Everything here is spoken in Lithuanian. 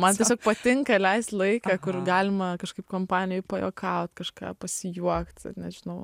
man tiesiog patinka leist laiką kur galima kažkaip kompanijoj pajuokaut kažką pasijuokt nežinau